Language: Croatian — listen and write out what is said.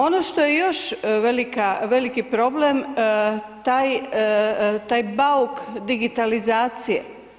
Ono što je još veliki problem taj bauk digitalizacije.